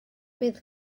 bydd